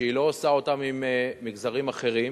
שהיא לא עושה אותם עם מגזרים אחרים,